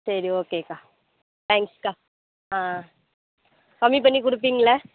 சரி ஓகேக்கா தேங்க்ஸ்க்கா ஆ கம்மி பண்ணி கொடுப்பீங்கள்ல